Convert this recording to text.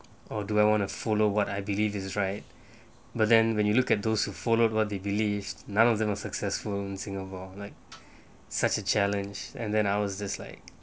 or do I want to follow what I believe is right but then when you look at those who followed what they believed none of them are successful in singapore like such a challenge and then I was just like